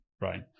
right